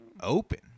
open